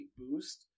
boost